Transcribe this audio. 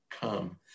come